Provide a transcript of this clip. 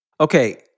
Okay